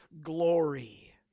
glory